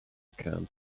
camp